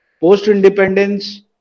Post-independence